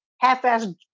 half-assed